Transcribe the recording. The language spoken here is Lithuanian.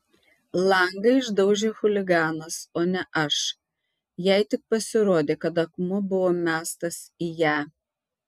langą išdaužė chuliganas o ne aš jai tik pasirodė kad akmuo buvo mestas į ją